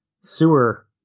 sewer